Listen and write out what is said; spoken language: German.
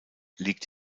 liegt